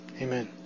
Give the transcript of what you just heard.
Amen